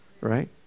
right